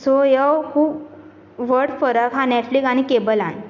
so ह्यो खूब व्हड फरक आसा नेटफ्लिकान आनी केबलान